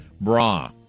Bra